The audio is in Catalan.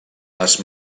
les